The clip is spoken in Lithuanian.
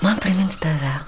man primins tave